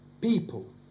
people